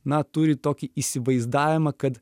na turi tokį įsivaizdavimą kad